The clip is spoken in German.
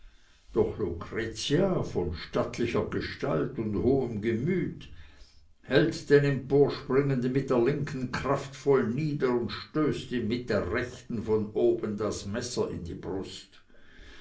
doch lucretia von stattlicher gestalt und hohem gemüt hält den emporspringenden mit der linken kraftvoll nieder und stößt ihm mit der rechten von oben das messer in die brust